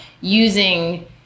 using